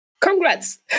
Congrats